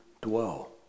dwell